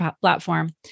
platform